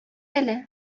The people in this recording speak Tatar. әле